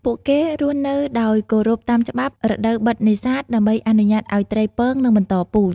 ពួកគេរស់នៅដោយគោរពតាមច្បាប់ រដូវបិទនេសាទ ដើម្បីអនុញ្ញាតឱ្យត្រីពងនិងបន្តពូជ។